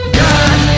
god